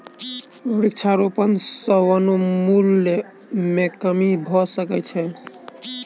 वृक्षारोपण सॅ वनोन्मूलन मे कमी भ सकै छै